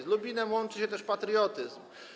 Z Lubinem łączy się też patriotyzm.